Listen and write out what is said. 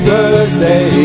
Birthday